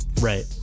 right